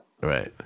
Right